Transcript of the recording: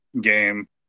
game